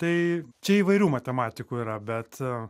tai čia įvairių matematikų yra bet